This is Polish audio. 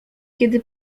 kiedy